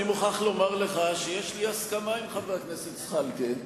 אני מוכרח לומר לך שיש לי הסכמה עם חבר הכנסת זחאלקה,